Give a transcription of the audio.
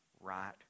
right